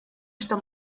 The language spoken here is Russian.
что